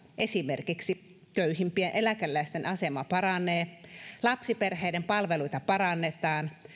esimerkiksi köyhimpien eläkeläisten asema paranee lapsiperheiden palveluita parannetaan